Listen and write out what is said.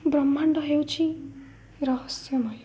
ବ୍ରହ୍ମାଣ୍ଡ ହେଉଛି ରହସ୍ୟମୟ